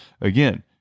Again